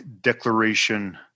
Declaration